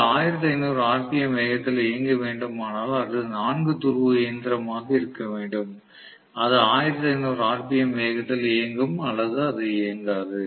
இது 1500 ஆர்பிஎம் வேகத்தில் இயங்க வேண்டுமானால் அது 4 துருவ இயந்திரமாக இருக்க வேண்டும் அது 1500 ஆர்பிஎம் வேகத்தில் இயங்கும் அல்லது அது இயங்காது